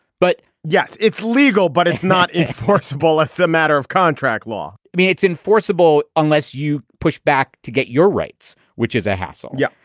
but yes, it's legal, but it's not enforceable as a so matter of contract law i mean, it's enforceable unless you push back to get your rights, which is a hassle. yeah,